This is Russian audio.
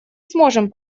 сможем